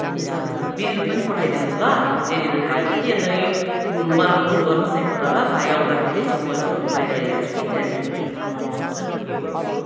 हुन्छ हुन्छ बिल पनि पठाइदिनुहोस् ल डेलिभरी भाइलाई कि अन्त यो मलाई फोन गर्नुहोस् न एकपल्ट ल भाइ आउँदाखेरि चाहिँ म यसो बाहिर हेर्छु कि त्यहाँदेखिको थाहा पाउनु सक्छ नि के हो कसो हो